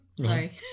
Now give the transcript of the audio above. sorry